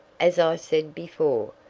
as i said before,